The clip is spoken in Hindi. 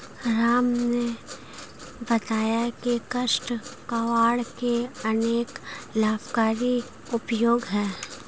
राम ने बताया की काष्ठ कबाड़ के अनेक लाभकारी उपयोग हैं